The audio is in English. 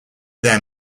their